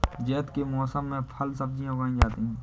ज़ैद के मौसम में फल सब्ज़ियाँ उगाई जाती हैं